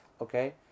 okay